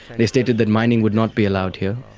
they stated that mining would not be allowed here.